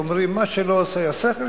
שאומרים: מה שלא עושה השכל,